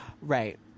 Right